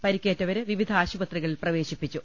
പരിക്കേറ്റ വരെ വിവിധ ആശുപത്രികളിൽ പ്രവേശിപ്പിച്ചു